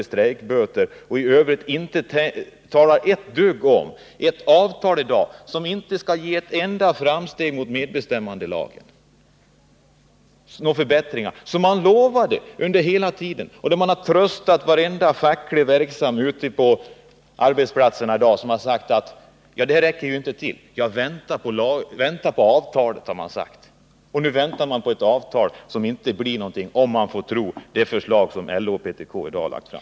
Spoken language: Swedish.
i strejkböter och i övrigt inte ett dugg om en lag som i dag inte ger ett enda framsteg mot medbestämmande. Han har inte sagt någonting om de förbättringar som man har utlovat. När de fackligt verksamma ute på arbetsplatserna har sagt att lagen inte räcker till, har man tröstat dem med att de skulle vänta på avtalet. Och nu väntar man på ett avtal som inte blir någonting, om man får tro det förslag som LO och PTK i dag lagt fram.